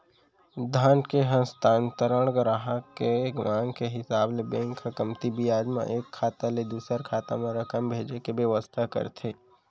धन के हस्तांतरन गराहक के मांग के हिसाब ले बेंक ह कमती बियाज म एक खाता ले दूसर खाता म रकम भेजे के बेवस्था करथे